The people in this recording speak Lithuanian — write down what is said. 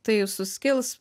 tai suskils